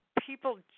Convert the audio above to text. people